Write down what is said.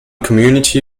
community